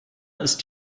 ist